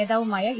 നേതാവുമായ ഇ